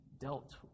dealt